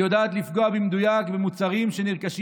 היא יודעת לפגוע במדויק במוצרים שנרכשים